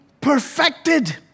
perfected